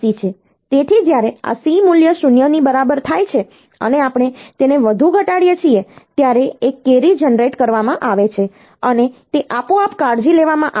તેથી જ્યારે આ C મૂલ્ય 0 ની બરાબર થાય છે અને આપણે તેને વધુ ઘટાડીએ છીએ ત્યારે એક કેરી જનરેટ કરવામાં આવે છે અને તે આપોઆપ કાળજી લેવામાં આવે છે